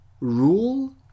Rule